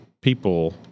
people